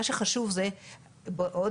מה שחשוב הוא שבעצם